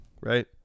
Right